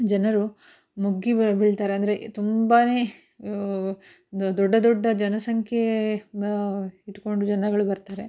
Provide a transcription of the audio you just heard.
ಜನರು ಮುಗ್ಗಿ ಬೀಳ್ತಾರೆ ಅಂದರೆ ತುಂಬನೇ ಒಂದು ದೊಡ್ಡ ದೊಡ್ಡ ಜನಸಂಖ್ಯೆ ಇಟ್ಕೊಂಡು ಜನಗಳು ಬರ್ತಾರೆ